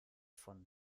von